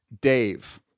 Dave